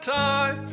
time